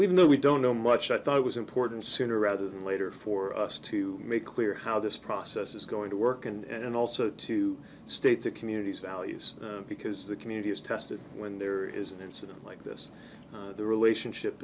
even though we don't know much i thought it was important sooner rather than later for us to make clear how this process is going to work and also to state to communities values because the community is tested when there is an incident like this the relationship